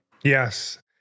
Yes